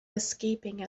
escaping